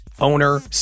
owner